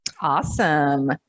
Awesome